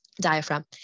diaphragm